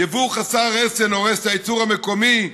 יבוא חסר רסן שהורס את הייצור המקומי,